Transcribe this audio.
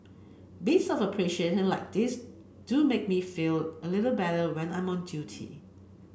bits of appreciation like these do make me feel a little better when I'm on duty